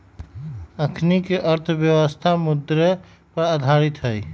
अखनीके अर्थव्यवस्था मुद्रे पर आधारित हइ